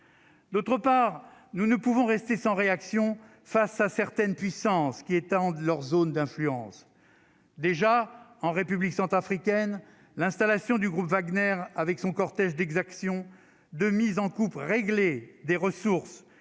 D'autre part, nous ne pouvons rester sans réaction face à certaines puissances qui étendent leurs zones d'influence déjà en République centrafricaine, l'installation du groupe Wagner, avec son cortège d'exactions, de mise en coupe réglée des ressources